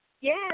Yes